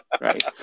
Right